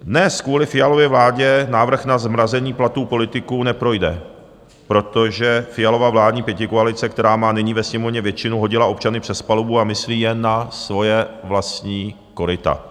Dnes kvůli Fialově vládě návrh na zmrazení platů politiků neprojde, protože Fialova vládní pětikoalice, která má nyní ve Sněmovně většinu, hodila občany přes palubu a myslí jen na svoje vlastní koryta.